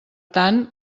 tant